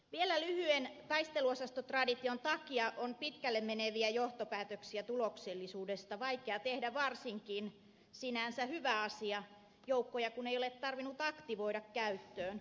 vielä lyhyen taisteluosastotradition takia on pitkälle meneviä johtopäätöksiä tuloksellisuudesta vaikea tehdä varsinkin sinänsä hyvä asia kun joukkoja ei ole tarvinnut aktivoida käyttöön